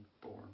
born